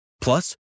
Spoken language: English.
Plus